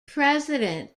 president